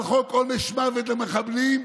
על חוק עונש מוות למחבלים,